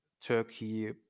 Turkey